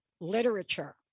literature